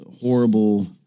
horrible